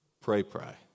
pray-pray